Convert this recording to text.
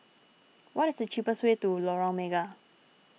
what is the cheapest way to Lorong Mega